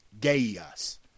Gaius